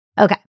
Okay